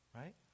Right